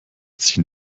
ziehen